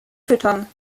füttern